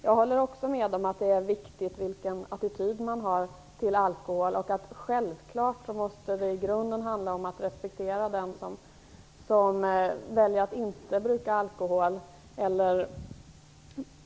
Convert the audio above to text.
Jag håller med om att det är viktigt vilken attityd man har till alkohol och att det i grunden självfallet måste handla om att respektera den som väljer att inte bruka alkohol.